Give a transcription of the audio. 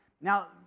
Now